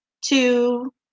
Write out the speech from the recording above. two